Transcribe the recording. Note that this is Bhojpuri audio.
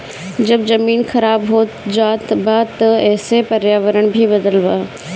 जब जमीन खराब होत जात बा त एसे पर्यावरण भी बदलत बा